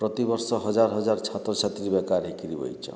ପ୍ରତିବର୍ଷ ହଜାର୍ ହଜାର୍ ଛାତ୍ର ଛାତ୍ରୀ ବେକାର୍ ହେଇକିରି ବସିଛନ୍